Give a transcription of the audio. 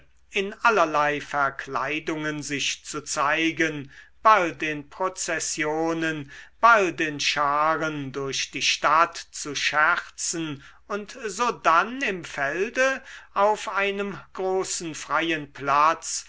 in allerlei verkleidungen sich zu zeigen bald in prozessionen bald in scharen durch die stadt zu scherzen und sodann im felde auf einem großen freien platz